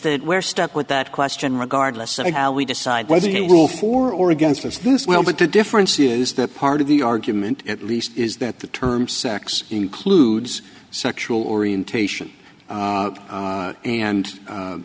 that we're stuck with that question regardless of how we decide whether they rule for or against us this well but the difference is that part of the argument at least is that the term sex includes sexual orientation and and